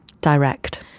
direct